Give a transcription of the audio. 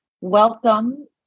Welcome